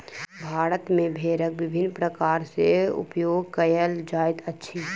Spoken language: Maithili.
भारत मे भेड़क विभिन्न प्रकार सॅ उपयोग कयल जाइत अछि